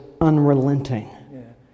unrelenting